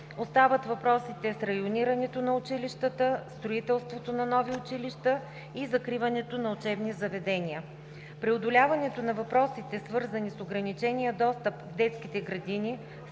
Остават въпросите с районирането на училищата, строителството на нови училища и закриването на учебни заведения. Преодоляването на въпросите, свързани с ограничения достъп в детските градини,